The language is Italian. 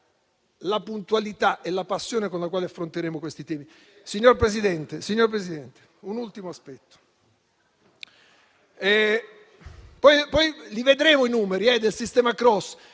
la puntualità e la passione con le quali affronteremo questi temi.